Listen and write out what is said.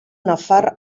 nafar